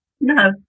no